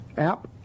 App